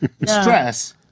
Stress